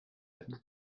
werden